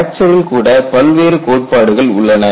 பிராக்சரில் கூட பல்வேறு கோட்பாடுகள் உள்ளன